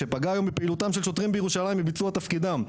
שפגע היום בפעילותם של שוטרים בירושלים ובביצוע תפקידם.